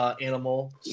animal